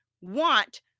want